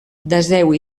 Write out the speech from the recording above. deseu